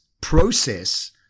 process